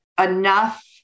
enough